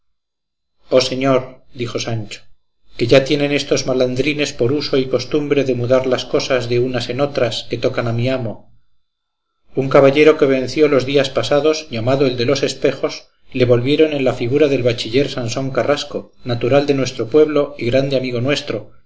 señor dijo sancho que ya tienen estos malandrines por uso y costumbre de mudar las cosas de unas en otras que tocan a mi amo un caballero que venció los días pasados llamado el de los espejos le volvieron en la figura del bachiller sansón carrasco natural de nuestro pueblo y grande amigo nuestro